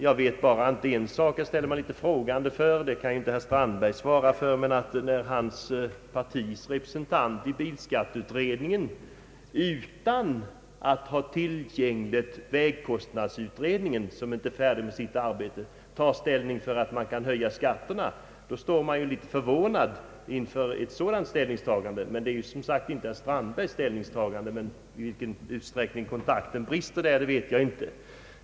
Jag ställer mig emellertid litet frågande när herr Strandbergs partis representant i bilskatteutredningen utan tillgängligt material från vägkostnadsutredningen, som inte är färdig med sitt arbete, tar ställning beträffande en skattehöjning. Men det är som sagt inte herr Strandbergs ställningstagande. I vilken utsträckning kontakten brister där vet jag inte.